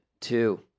two